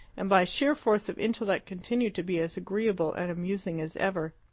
and by sheer force of intellect continue to be as agreeable and amusing as ever.